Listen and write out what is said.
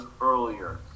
earlier